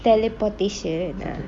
teleportation ah